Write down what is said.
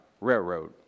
Railroad